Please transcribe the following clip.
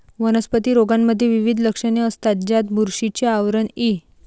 वनस्पती रोगांमध्ये विविध लक्षणे असतात, ज्यात बुरशीचे आवरण इ